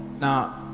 Now